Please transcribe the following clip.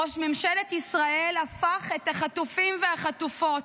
ראש ממשלת ישראל הפך את החטופים והחטופות,